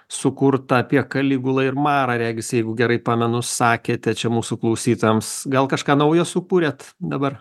sukurtą apie kaligulą ir marą regis jeigu gerai pamenu sakėte čia mūsų klausytojams gal kažką naujo sukūrėt dabar